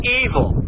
evil